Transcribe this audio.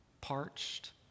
Parched